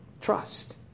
Trust